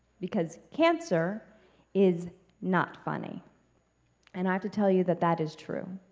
because cancer is not funny and i have to tell you that that is true.